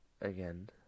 again